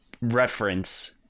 reference